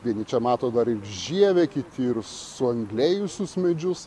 vieni čia mato dar ir žievę kiti ir suanglėjusius medžius